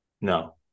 No